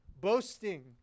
Boasting